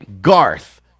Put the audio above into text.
Garth